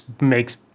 makes